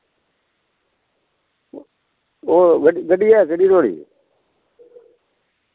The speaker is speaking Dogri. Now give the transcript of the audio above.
ओह् गड्डी गड्डी है केह्ड़ी थुआढ़ी